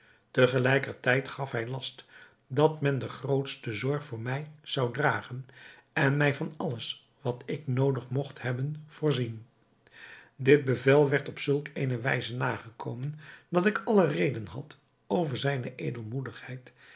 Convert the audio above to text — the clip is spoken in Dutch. tijd gaf hij last dat men de grootste zorg voor mij zou dragen en mij van alles wat ik noodig mogt hebben voorzien dit bevel werd op zulk eene wijze nagekomen dat ik alle reden had over zijne